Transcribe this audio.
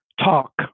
talk